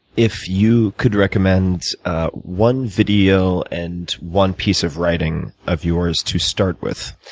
if you could recommend one video and one piece of writing of yours to start with,